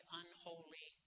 unholy